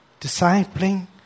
discipling